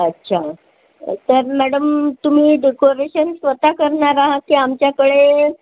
अच्छा तर मॅडम तुम्ही डेकोरेशन स्वत करणार आहात की आमच्याकडे